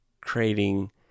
creating